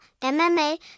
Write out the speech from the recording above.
MMA